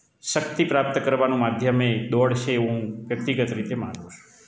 શક્તિ પ્રાપ્ત કરવાનું માધ્યમ એ દોડ છે એવું હું વ્યક્તિગત રીતે માનું છું